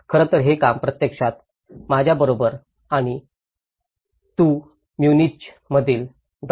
खरं तर हे काम प्रत्यक्षात माझ्याबरोबर आणि तू म्युनिक मधील डॉ